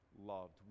loved